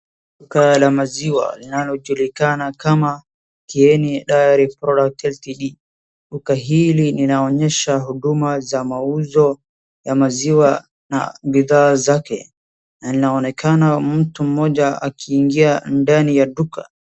Duka la maziwa linalo julikana kama KIENI DIARY PRODUCTS LTD .Duka hili linaonyesha huduma za mauuzo ya maziwa na bidhaa zake. Na linaonekana mtu mmoja akiingia ndani ya duka.